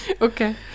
Okay